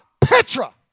petra